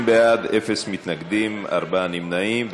50 בעד, אין מתנגדים, ארבעה נמנעים.